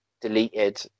deleted